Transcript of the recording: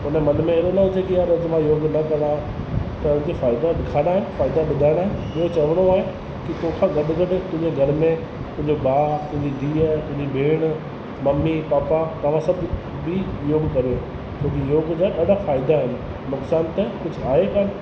उन जे मन में अहिड़ो न अचे के अॼु मां योगु करां त हुन खे फ़ाइदा ॾेखारिणा आहिनि फ़ाइदा ॿुधाइणा आहिनि इहो चवणो आहे की तोखां गॾो गॾु घर में तुंहिंजो भाउ तुंहिंजी धीअ तुंहिंजी भेण मम्मी पापा तव्हां सभ बि योगु करियो छो की योग जा ॾाढा फ़ाइदा आहिनि नुक़सान त कुझु आहे कान